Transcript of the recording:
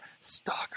stalker